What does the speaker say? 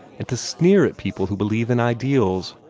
and to sneer at people who believe in ideals,